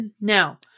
Now